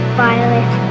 violet